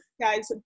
guys